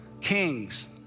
Kings